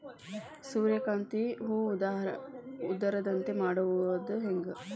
ಸೂರ್ಯಕಾಂತಿ ಹೂವ ಉದರದಂತೆ ಮಾಡುದ ಹೆಂಗ್?